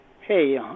Hey